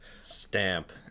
Stamp